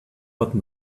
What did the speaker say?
but